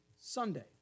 Sunday